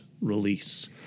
release